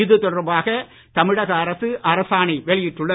இது தொடர்பாக தமிழக அரசு அரசாணை வெளியிட்டுள்ளது